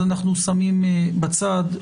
אז אנחנו שמים בצד.